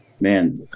man